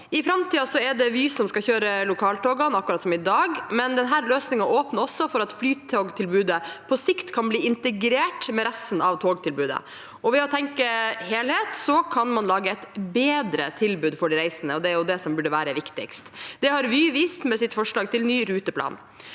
I framtiden er det Vy som skal kjøre lokaltogene, akkurat som i dag, men denne løsningen åpner også for at flytogtilbudet på sikt kan bli integrert med resten av togtilbudet. Ved å tenke helhet kan man lage et bedre tilbud for de reisende, og det er jo det som burde være viktigst. Det har Vy vist med sitt forslag til ny ruteplan.